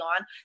on